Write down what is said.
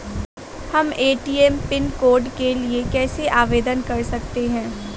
हम ATM pin code के लिए कैसे आवेदन कर सकते हैं?